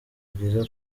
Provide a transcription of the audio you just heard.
byiza